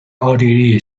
奥地利